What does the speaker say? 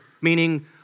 meaning